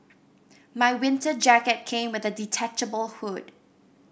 my winter jacket came with a detachable hood